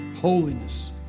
holiness